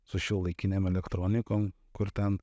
su šiuolaikinėm elektronikom kur ten